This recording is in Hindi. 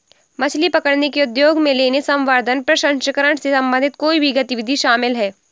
मछली पकड़ने के उद्योग में लेने, संवर्धन, प्रसंस्करण से संबंधित कोई भी गतिविधि शामिल है